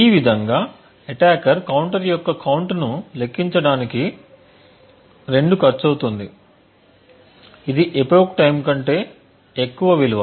ఈ విధంగా attacker counter యొక్క కౌంట్ను లెక్కించడానికి 2 ఖర్చు అవుతుంది ఇది ఎపోక్ టైమ్ కంటే ఎక్కువ విలువ